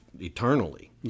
eternally